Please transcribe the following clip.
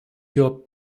your